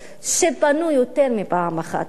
שפנו יותר מפעם אחת לשר,